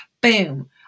Boom